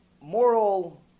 moral